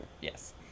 Yes